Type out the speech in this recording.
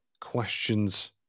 questions